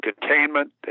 containment